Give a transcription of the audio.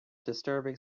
disturbing